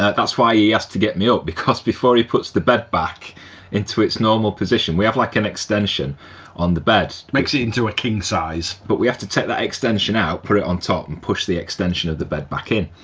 that's why he has to get me up, because before he puts the bed back into its normal position, we have like an extension on the bed. makes it into a king-size. but we have to take that extension out, put it on top and push the extension of the bed back in.